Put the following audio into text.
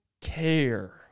care